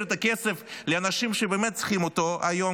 את הכסף לאנשים שבאמת צריכים אותו היום,